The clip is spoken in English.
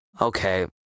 Okay